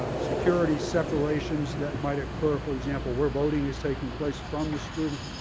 security separations that might occur for example, where voting is taking place from the students?